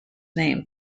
name